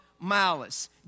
malice